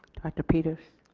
director peters.